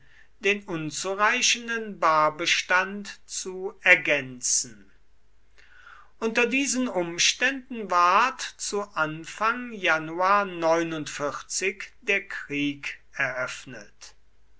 den unzureichenden barbestand zu ergänzen unter diesen umständen ward zu anfang januar der krieg eröffnet